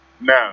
No